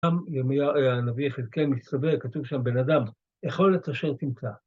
גם ירמיה... אה...הנביא יחזקאל, מצווה, כתוב שם "בן אדם, אכול אץ אשר תמצא".